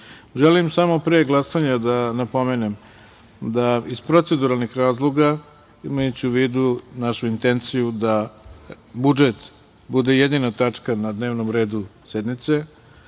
samo pre glasanja da napomenem da iz proceduralnih razloga, imajući u vidu našu intenciju da budžet bude jedina tačka na dnevnom redu sednice,